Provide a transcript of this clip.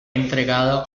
entregado